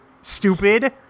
Stupid